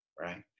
right